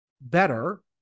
better